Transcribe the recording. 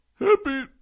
Happy